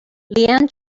leanne